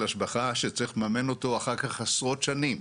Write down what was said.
השבחה שצריך לממן אותו אחר כך עשרות שנים.